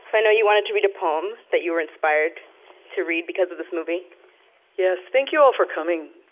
so i know you wanted to read a poem that you were inspired to read because of this movie yes thank you all for coming.